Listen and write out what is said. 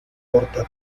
horta